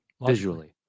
visually